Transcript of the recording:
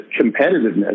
competitiveness